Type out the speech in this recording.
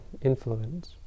influence